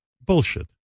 bullshit